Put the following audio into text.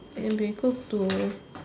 maybe go to